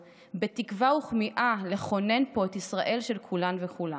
בתקווה וכמיהה לכונן פה את ישראל של כולן וכולם.